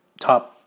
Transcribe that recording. top